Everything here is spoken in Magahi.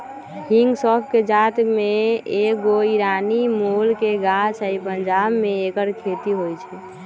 हिंग सौफ़ कें जात के एगो ईरानी मूल के गाछ हइ पंजाब में ऐकर खेती होई छै